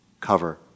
cover